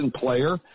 player